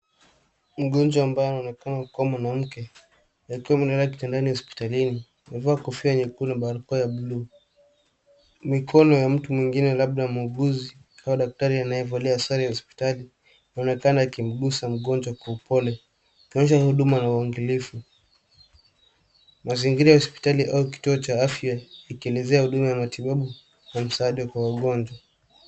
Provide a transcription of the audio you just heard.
Mgonjwa ambaye anaonekana kuwa mwanamke, akiwa amelala kitandani hospitalini. Amevaa kofia nyekundu na barakoa ya buluu, mikono ya mtu mwingine labda muuguzi au daktari anayevalia sare ya hospitali, anaonekana akimgusa mgonjwa kwa upole, kuonyesha ni huduma ya uangalifu. Mazingira ya hospitali au kituo cha afya ikielezea huduma ya matibabu na msaada kwa wagonjwa.